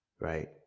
right